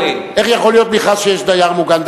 איך יכול להיות מכרז כשיש דייר מוגן?